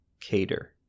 Cater